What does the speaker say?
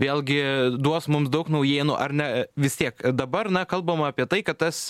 vėlgi duos mums daug naujienų ar ne vis tiek dabar na kalbam apie tai kad tas